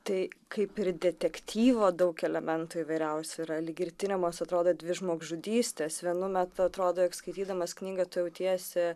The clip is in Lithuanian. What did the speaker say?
tai kaip ir detektyvo daug elementų įvairiausių yra lyg ir tiriamos atrodo dvi žmogžudystės vienu metu atrodo jog skaitydamas knygą tu jautiesi